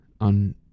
on